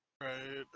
Right